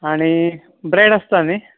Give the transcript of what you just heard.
आनी ब्रेड आसता न्ही